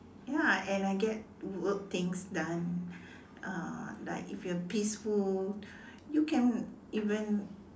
ya and I get work things done uh like if you're peaceful you can even